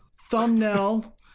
thumbnail